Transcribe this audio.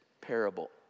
parable